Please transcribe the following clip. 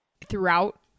Throughout